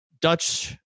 Dutch